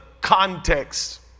context